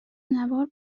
نوار